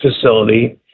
facility